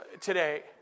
today